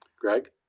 Greg